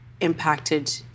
impacted